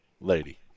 lady